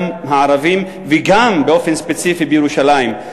גם הערבים וגם באופן ספציפי בירושלים,